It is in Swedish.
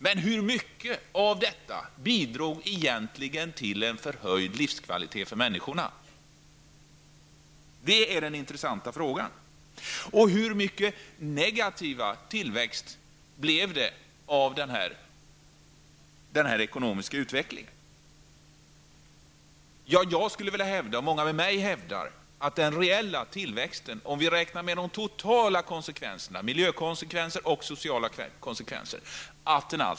Men hur mycket av detta bidrog egentligen till en förhöjd livskvalitet för människorna? Det är den intressanta frågan. Hur mycket negativ tillväxt medförde den här ekonomiska utvecklingen. Jag skulle vilja hävda, och många med mig, att den reella tillväxten har blivit negativ, om vi räknar med de totala konsekvenserna, miljökonsekvenser och sociala konsekvenser.